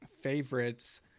favorites